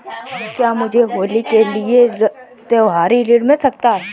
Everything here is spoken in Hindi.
क्या मुझे होली के लिए त्यौहारी ऋण मिल सकता है?